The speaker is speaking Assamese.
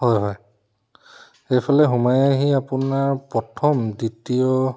হয় হয় এইফালে সোমাই আহি আপোনাৰ প্ৰথম দ্বিতীয়